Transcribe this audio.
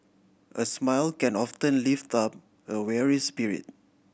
a smile can often lift up a weary spirit